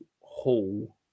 Hall